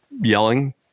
yelling